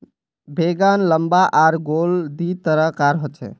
बैंगन लम्बा आर गोल दी तरह कार होचे